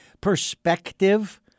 perspective